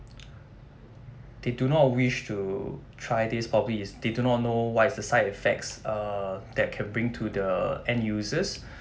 they do not wish to try this probably is they do not know what is the side effects uh that can bring to the end users